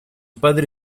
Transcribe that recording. padre